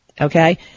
Okay